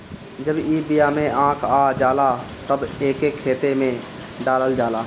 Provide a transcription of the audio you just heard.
जब ई बिया में आँख आ जाला तब एके खेते में डालल जाला